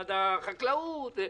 ומשרד החקלאות.